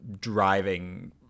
driving